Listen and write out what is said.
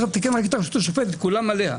צריך לתקן רק את השופטת כולם עליה.